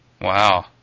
Wow